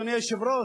אדוני היושב-ראש,